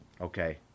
okay